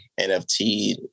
nft